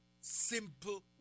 simple